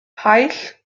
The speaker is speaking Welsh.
paill